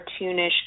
cartoonish